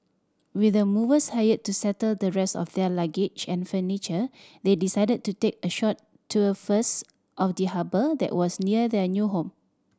with the movers hired to settle the rest of their luggage and furniture they decided to take a short tour first of the harbour that was near their new home